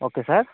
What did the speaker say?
okay sir